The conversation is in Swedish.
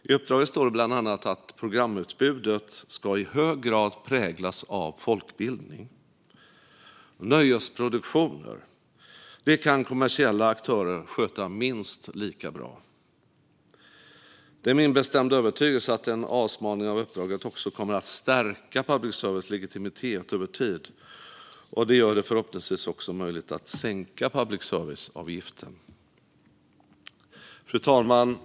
I uppdraget står det bland annat att programutbudet i hög grad ska präglas av folkbildning. Nöjesproduktioner kan kommersiella aktörer sköta minst lika bra. Det är min bestämda övertygelse att en avsmalning av uppdraget också kommer att stärka public services legitimitet över tid. Det gör det förhoppningsvis också möjligt att sänka public service-avgiften. Fru talman!